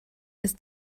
ist